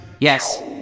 Yes